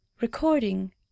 Recording